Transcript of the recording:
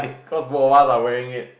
cause both of us are wearing it